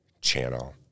channel